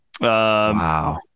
Wow